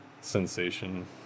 sensation